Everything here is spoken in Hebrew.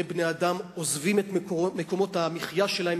בני-אדם עוזבים את מקומות המחיה שלהם,